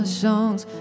songs